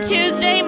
Tuesday